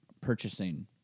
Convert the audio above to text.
purchasing